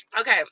Okay